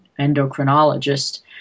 endocrinologist